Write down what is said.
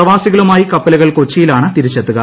പ്രവാസികളുമായി കപ്പലുകൾ കൊച്ചിയിലാണ് തിരിച്ചെത്തുക